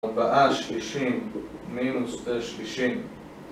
ארבעה שלישים, מינוס שתי שלישים